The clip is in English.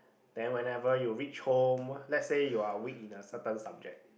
then whenever you reach home let's say you're weak in a certain subject